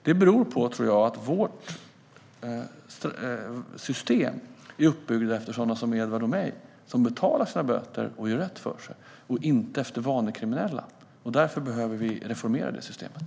Det beror på, tror jag, att vårt system är uppbyggt efter sådana som Edward Riedl och mig, som betalar våra böter och gör rätt för oss, och inte efter vanekriminella. Därför behöver vi reformera det systemet.